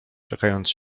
czekając